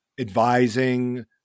advising